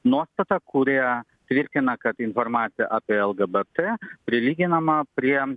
nuostatą kuria tvirtina kad informacija apie lgbt prilyginama prie